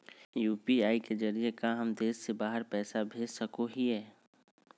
UPI के जरिए का हम देश से बाहर पैसा भेज सको हियय?